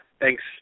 thanks